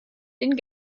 den